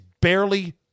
barely